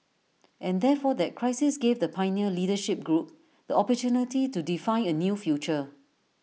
and therefore that crisis gave the pioneer leadership group the opportunity to define A new future